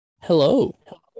Hello